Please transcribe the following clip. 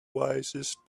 wisest